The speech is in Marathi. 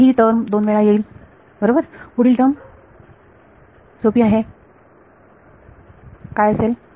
तर ही टर्म दोन वेळा येईल बरोबर पुढील टर्म सोपी आहे काय असेल